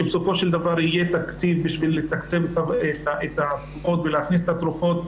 שבסופו של דבר יהיה תקציב בשביל לתקצב את התרופות ולהכניס את התרופות,